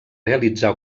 realitzar